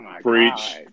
Preach